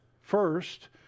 First